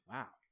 Wow